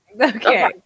okay